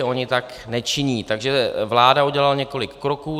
Ony tak nečiní, takže vláda udělala několik kroků.